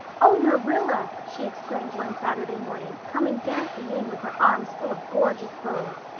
oh, marilla, she exclaimed one saturday morning, coming dancing in with her arms full of gorgeous boughs,